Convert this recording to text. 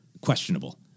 questionable